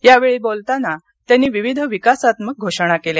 यावेळी बोलताना त्यांनी विविध विकासात्मक घोषणा केल्या